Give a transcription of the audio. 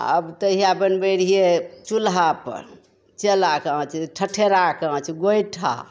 आब तऽ इएह बनबै रहियै चूल्हा पर जला कऽ आँच ठठेराके आँच गोइठा